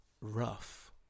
rough